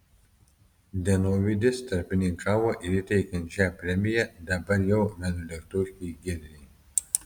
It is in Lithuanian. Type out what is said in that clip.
dienovidis tarpininkavo ir įteikiant šią premiją dabar jau vienuoliktokei giedrei